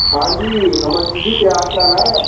ਹਾਂਜੀ ਅਮਰਜੀਤ ਜੀ ਕਿਆ ਹਾਲ ਚਾਲ ਹੈ